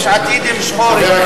יש עתיד עם שחורי.